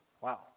Wow